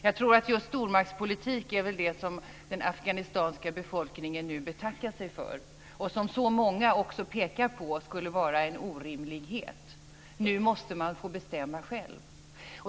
Jag tror att just stormaktspolitik är det som den afghanska befolkningen nu betackar sig för och som så många också pekar på skulle vara en orimlighet. Nu måste man få bestämma själv.